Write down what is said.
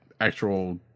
actual